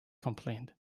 complained